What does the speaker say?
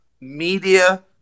media